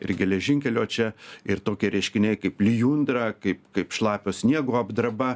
ir geležinkelio čia ir tokie reiškiniai kaip lijundra kaip kaip šlapio sniego apdraba